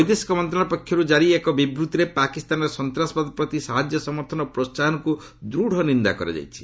ବୈଦେଶିକ ମନ୍ତ୍ରଣାଳୟ ପକ୍ଷରୁ କାରି ଏକ ବିବୃତିରେ ପାକିସ୍ତାନର ସନ୍ତ୍ରାସବାଦ ପ୍ରତି ସାହାଯ୍ୟ ସମର୍ଥନ ଓ ପ୍ରୋସାହନକୁ ଦୃଢ଼ ନିନ୍ଦା କରାଯାଇଛି